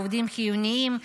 העובדים החיוניים,